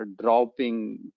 dropping